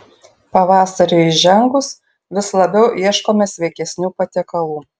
pavasariui įžengus vis labiau ieškome sveikesnių patiekalų